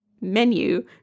menu